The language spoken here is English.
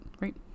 right